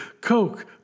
Coke